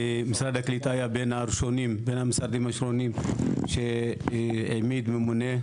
משרד הקליטה היה בין המשרדים הראשונים שהעמיד ממונה.